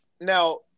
Now